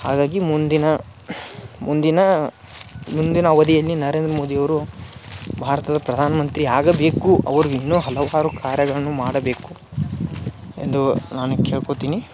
ಹಾಗಾಗಿ ಮುಂದಿನ ಮುಂದಿನ ಮುಂದಿನ ಅವಧಿಯಲ್ಲಿ ನರೇಂದ್ರ ಮೋದಿ ಅವರು ಭಾರತದ ಪ್ರಧಾನ ಮಂತ್ರಿ ಆಗಬೇಕು ಅವರು ಇನ್ನೂ ಹಲವಾರು ಕಾರ್ಯಗಳನು ಮಾಡಬೇಕು ಎಂದು ನಾನು ಕೇಳ್ಕೊತೀನಿ